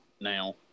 now